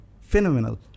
phenomenal